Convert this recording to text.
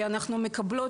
כי אנחנו מקבלות,